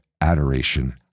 adoration